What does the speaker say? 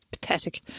Pathetic